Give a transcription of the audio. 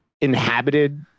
inhabited